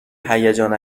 هیجان